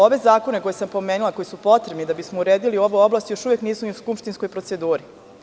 Ove zakone koje sam pomenula, koji su potrebni da bismo uredili ovu oblast, još uvek nisu u skupštinskoj proceduri.